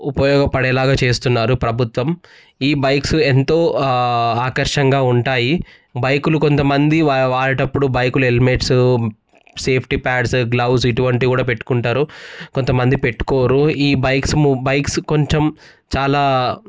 ఉపయోగపడేలాగా చేస్తున్నారు ప్రభుత్వం ఈ బైక్స్ ఎంతో ఆకర్షణగా ఉంటాయి బైకులు కొంతమంది వాడేటప్పుడు బైకులు హెల్మెట్స్ సేఫ్టీ ప్యాడ్స్ గ్లౌస్ ఇటువంటివి కూడా పెట్టుకుంటారు కొంతమంది పెట్టుకోరు ఈ బైక్స్ బైక్స్ కొంచెం చాలా